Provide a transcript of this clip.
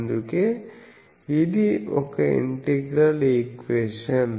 అందుకే ఇది ఒక ఇంటిగ్రల్ ఈక్వేషన్